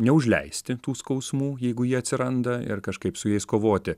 neužleisti tų skausmų jeigu jie atsiranda ir kažkaip su jais kovoti